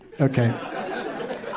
Okay